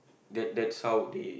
that that's how they